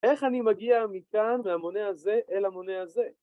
איך אני מגיע מכאן והמונה הזה אל המונה הזה